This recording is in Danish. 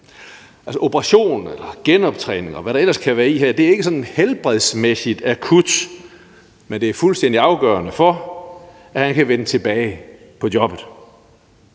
Altså, operation eller genoptræning, og hvad der ellers kan ligge i det, er ikke sådan helbredsmæssigt akut, men det er fuldstændig afgørende for, at han kan vende tilbage på jobbet.